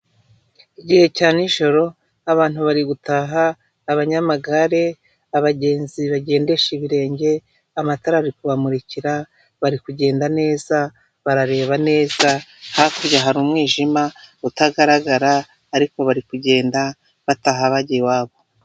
Igihe cya nijoro abantu bari gutaha abanyamagare ,abagenzi bagendesha ibirenge . Amatara ari kubamurikira bari kugenda neza barareba neza hakurya hari umwijima utagaragara ariko bari kugenda bataha bajya iwabo .